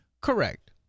Correct